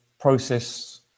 process